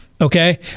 Okay